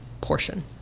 portion